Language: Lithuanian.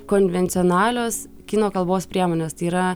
konvencionalios kino kalbos priemonės tai yra